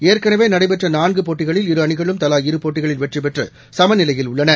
ஏற்கனவேநடைபெற்றநான்குபோட்டிகளில் இரு அணிகளும் தலா இரு போட்டகளில் வெற்றிபெற்றுசமநிலையில் உள்ளன